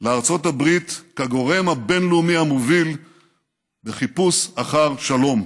לארצות הברית כגורם הבין-לאומי המוביל בחיפוש אחר שלום.